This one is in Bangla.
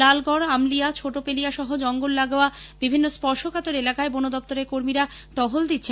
লালগড় আমলিয়া ছোটপেলিয়া সহ জঙ্গল লাগোয়া বিভিন্ন স্পর্শকাতর এলাকায় বনদপ্তরের কর্মীরা টহল গিচ্ছেন